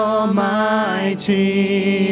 Almighty